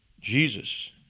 Jesus